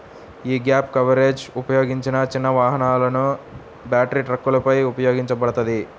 యీ gap coverage ఉపయోగించిన చిన్న వాహనాలు, భారీ ట్రక్కులపై ఉపయోగించబడతది